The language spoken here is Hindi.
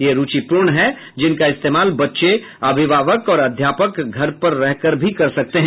ये रूचिपूर्ण हैं जिनका इस्तेमाल बच्चे अभिभावक और अध्यापक घर पर रह कर भी कर सकते हैं